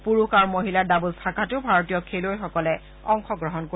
পুৰুষ আৰু মহিলাৰ ডাব্লছ শাখাতো ভাৰতীয় খেলুৱৈসকলে অংশগ্ৰহণ কৰিব